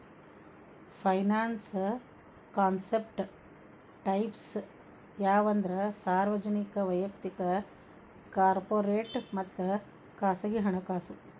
finance concept types ಯಾವಂದ್ರ ಸಾರ್ವಜನಿಕ ವಯಕ್ತಿಕ ಕಾರ್ಪೊರೇಟ್ ಮತ್ತ ಖಾಸಗಿ ಹಣಕಾಸು